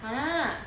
!hanna!